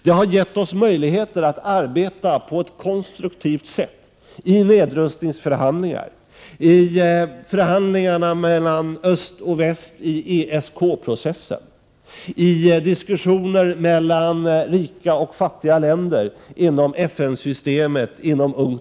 Det har gett oss möjligheter att arbeta på ett konstruktivt sätt i nedrustningsförhandlingar, i förhandlingarna mellan öst och väst i ESK-processen samt i diskussionen mellan rika coh fattiga länder inom FN-systemet, UNCTAD osv.